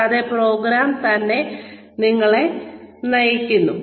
കൂടാതെ പ്രോഗ്രാം തന്നെ നിങ്ങളെ നയിക്കുന്നു